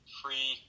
free